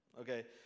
okay